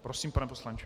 Prosím, pane poslanče.